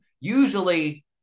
Usually